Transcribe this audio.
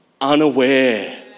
unaware